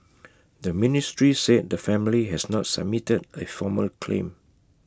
the ministry said the family has not submitted A formal claim